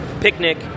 Picnic